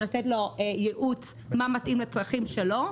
לתת לו ייעוץ מה מתאים לצרכים שלו.